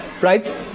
right